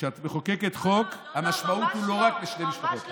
כשאת מחוקקת חוק, המשמעות היא לא רק שתי משפחות.